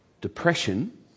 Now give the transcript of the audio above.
depression